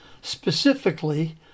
specifically